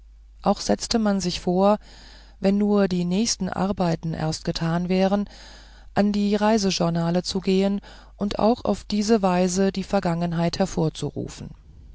auch setzte man sich vor wenn nur die nächsten arbeiten erst getan wären an die reisejournale zu gehen und auch auf diese weise die vergangenheit hervorzurufen